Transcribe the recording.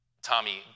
Tommy